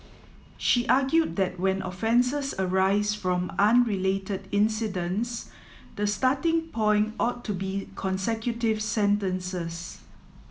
she argued that when offences arise from unrelated incidents the starting point ought to be consecutive sentences